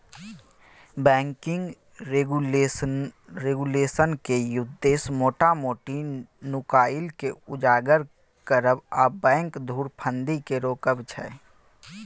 banking रेगुलेशनक उद्देश्य मोटा मोटी नुकाएल केँ उजागर करब आ बैंक धुरफंदी केँ रोकब छै